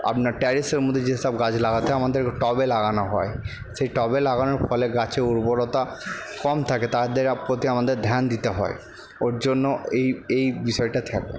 আপনার ট্যারিসের মধ্যে যে সব গাছ লাগাতে আমাদের টবে লাগানো হয় সেই টবে লাগানোর ফলে গাছে উর্বরতা কম থাকে তাদের প্রতি আমাদের ধ্যান দিতে হয় ওর জন্য এই এই বিষয়টা থাকে